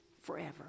Forever